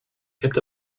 kept